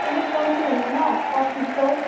अलिक कम्ती हुँदैन पच्चिस सय